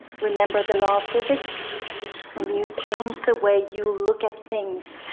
remember the law of physics when you change the way you look at things,